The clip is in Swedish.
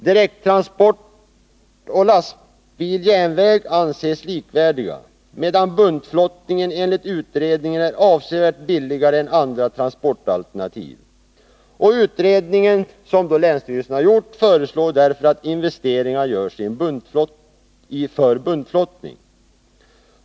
Direkttransport och lastbil-järnväg anses likvärdiga, medan buntflottningen enligt utredningen är avsevärt billigare än andra transportalternativ. Utredningen, som länsstyrelsen har gjort, föreslår därför att investeringar görs för buntflottning.